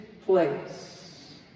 place